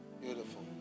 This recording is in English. beautiful